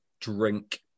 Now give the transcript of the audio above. drink